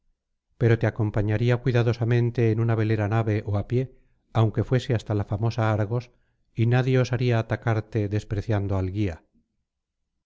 pero te acompañaría cuidadosamente en una velera nave ó á pie aunque fuese hasta la famosa argos y nadie osaría atacarte despreciando al guía